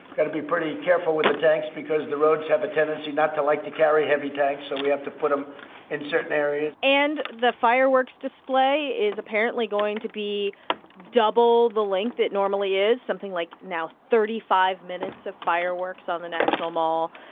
got to be pretty careful with the tanks because the roads have a tendency not to like to carry heavy tanks, so we have to put them in certain areas and the fireworks display is apparently going to be double the length it normally is, something like now thirty five minutes of fireworks on the national mall.